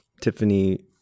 Tiffany